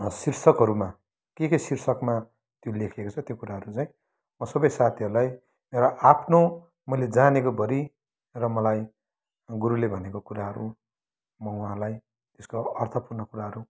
शीर्षकहरूमा के के शीर्षकमा त्यो लेखिएको छ त्यो कुराहरू चाहिँ म सबै साथीहरूलाई मेरो आफ्नो जानेको भरि र मलाई गुरुले भनेको कुराहरू म उहाँलाई यसको अर्थपूर्ण कुराहरू